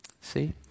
See